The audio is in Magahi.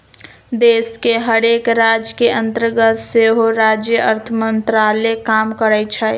देश के हरेक राज के अंतर्गत सेहो राज्य अर्थ मंत्रालय काम करइ छै